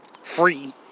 free